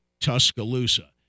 Tuscaloosa